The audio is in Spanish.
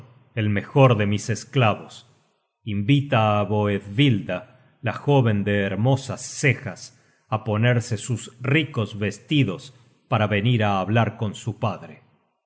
el mejor de mis esclavos invita boethvilda la jóven de hermosas cejas á ponerse sus ricos vestidos para venir á hablar con su padre